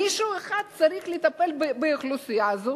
מישהו צריך לטפל באוכלוסייה הזאת,